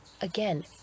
again